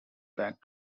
back